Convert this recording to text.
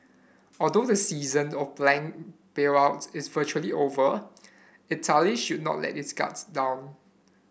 although the season of bank bailouts is virtually over Italy should not let its guard down